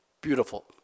beautiful